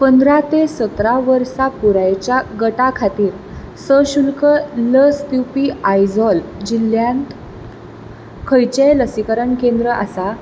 पंदरा ते सतरा वर्सां पिरायेच्या गटा खातीर सशुल्क लस दिवपी आयझॉल जिल्ल्यांत खंयचेंय लसिकरण केंद्र आसा